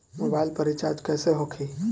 Mobile पर recharge कैसे होखी?